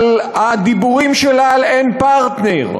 על הדיבורים שלה על "אין פרטנר",